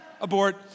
Abort